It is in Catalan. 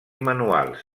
manuals